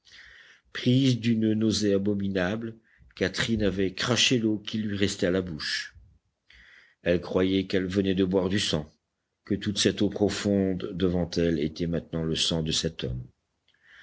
prise d'une nausée abominable catherine avait craché l'eau qui lui restait à la bouche elle croyait qu'elle venait de boire du sang que toute cette eau profonde devant elle était maintenant le sang de cet homme